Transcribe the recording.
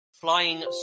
flying